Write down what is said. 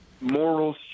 morals